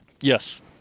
Yes